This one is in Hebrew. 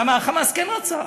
למה ה"חמאס" כן רצה.